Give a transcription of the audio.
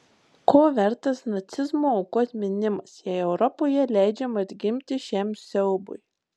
ko vertas nacizmo aukų atminimas jei europoje leidžiama atgimti šiam siaubui